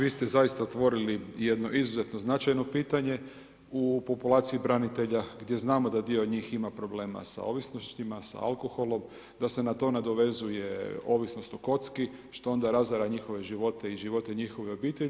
Vi ste zaista otvorili jedno izuzetno značajno pitanje u populaciji branitelja gdje znamo da dio njih ima problema sa ovisnostima, sa alkoholom, da se na to nadovezuje ovisnost o kocki, što onda razara njihove živote i živote njihovih obitelji.